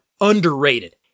underrated